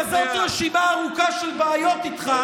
יש לי כזאת רשימה ארוכה של בעיות איתך,